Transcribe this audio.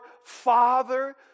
Father